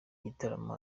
gitaramo